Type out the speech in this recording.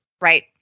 Right